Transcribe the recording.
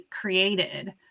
created